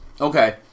Okay